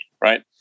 right